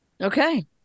Okay